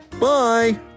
Bye